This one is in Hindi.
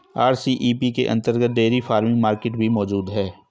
आर.सी.ई.पी के अंतर्गत डेयरी फार्मिंग मार्केट भी मौजूद है